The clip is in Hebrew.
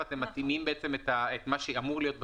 ואתם מתאימים את מה שאמור להיות בטופס,